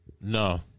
No